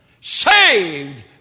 Saved